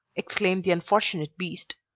exclaimed the unfortunate beast.